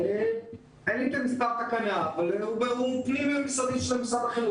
לי מספר התקנה אבל --- של משרד החינוך.